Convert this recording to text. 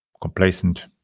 complacent